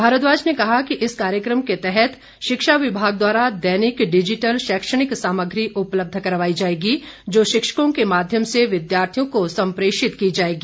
भारद्वाज ने कहा कि इस कार्यक्रम के तहत शिक्षा विभाग द्वारा दैनिक डिजिटल शैक्षणिक सामग्री उपलब्ध करवाई जाएगी जो शिक्षकों के माध्यम से विद्यार्थियों को संप्रेषित की जाएगी